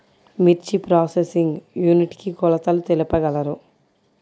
మిర్చి processing unit కి కొలతలు తెలుపగలరు?